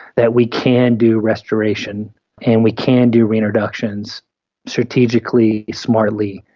that we can do restoration and we can do re-introductions strategically, smartly,